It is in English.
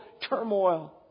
turmoil